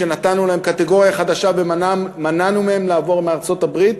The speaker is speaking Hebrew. שנתנו להם קטגוריה חדשה ומנענו מהם לעבור לארצות-הברית,